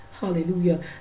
Hallelujah